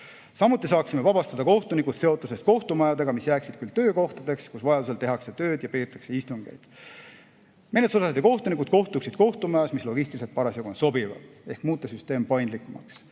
Samuti saaksime vabastada kohtunikud seotusest kohtumajadega, mis jääksid küll töökohtadeks, kus vajadusel tehakse tööd ja peetakse istungeid. Menetlusosalised ja kohtunikud kohtuksid kohtumajas, mis on logistiliselt parasjagu sobivam. Ehk muuta süsteem paindlikumaks.